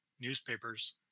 newspapers